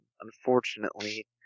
Unfortunately